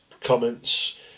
comments